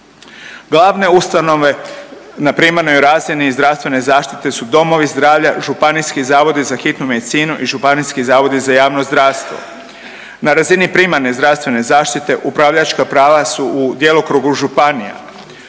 Glavne ustanove na primarnoj razini i zdravstvene zaštite su domovi zdravlja, županijski zavodi za hitnu medicinu i županijski zavodi za javno zdravstvo. Na razini primarne zdravstvene zaštite upravljačka prava su u djelokrugu županije.